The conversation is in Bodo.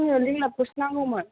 आंनो लिंलाबखौसो नांगौमोन